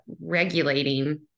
regulating